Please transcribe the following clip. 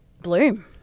bloom